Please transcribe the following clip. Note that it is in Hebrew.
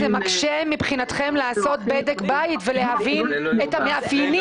זה מקשה מבחינתכם לעשות בדק בית ולהבין את המאפיינים.